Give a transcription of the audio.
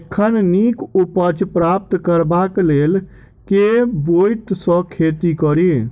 एखन नीक उपज प्राप्त करबाक लेल केँ ब्योंत सऽ खेती कड़ी?